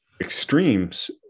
extremes